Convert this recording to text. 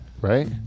right